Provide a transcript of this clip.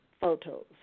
photos